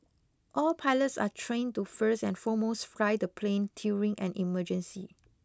all pilots are trained to first and foremost fly the plane during an emergency